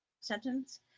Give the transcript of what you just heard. sentence